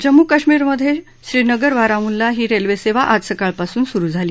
जम्मू कश्मीरमधे श्रीनगर बारामुल्ला ही रेल्वेसेवा आज सकाळपासून सुरु झाली